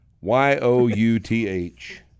Y-O-U-T-H